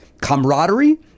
camaraderie